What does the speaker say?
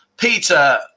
Peter